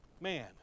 Man